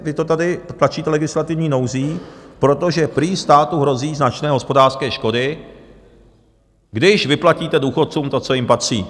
Vy to tady tlačíte legislativní nouzí, protože prý státu hrozí značné hospodářské škody, když vyplatíte důchodcům to, co jim patří.